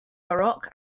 baroque